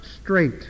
straight